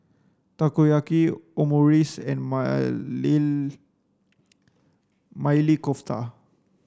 Takoyaki Omurice and Maili Kofta